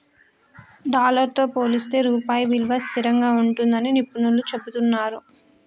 dollar తో పోలిస్తే రూపాయి విలువ స్థిరంగా ఉంటుందని నిపుణులు చెబుతున్నరు